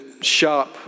sharp